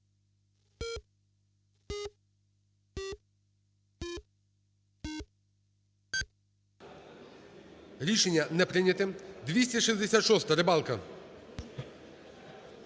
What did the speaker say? Рішення не прийнято. 266-а. Рибалка.